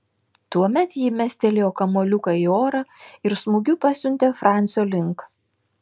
tuomet ji mestelėjo kamuoliuką į orą ir smūgiu pasiuntė francio link